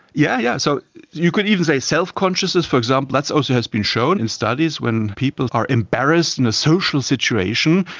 yeah yeah so you could even say self-consciousness, for example, that so so has also been shown in studies when people are embarrassed in a social situation,